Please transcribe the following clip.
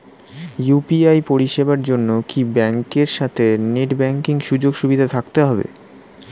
UPI পরিষেবার জন্য কি ব্যাংকের সাথে নেট ব্যাঙ্কিং সুযোগ সুবিধা থাকতে হবে?